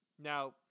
now